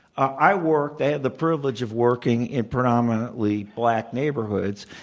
i worked i had the privilege of working in predominantly black neighborhoods.